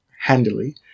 handily